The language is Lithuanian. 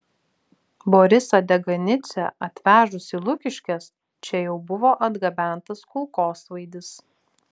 borisą dekanidzę atvežus į lukiškes čia jau buvo atgabentas kulkosvaidis